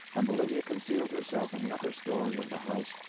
ambulinia concealed herself in the upper story of the house,